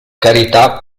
carità